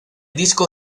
disco